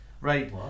Right